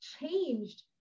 changed